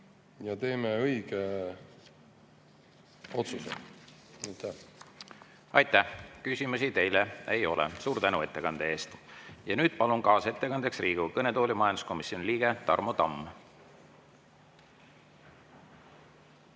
ja teeme õige otsuse! Aitäh! Aitäh! Küsimusi teile ei ole. Suur tänu ettekande eest! Nüüd palun kaasettekandeks Riigikogu kõnetooli majanduskomisjoni liikme Tarmo Tamme.